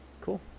Cool